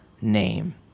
name